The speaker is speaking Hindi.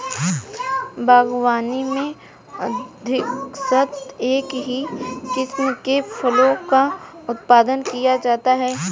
बागवानी में अधिकांशतः एक ही किस्म के फलों का उत्पादन किया जाता है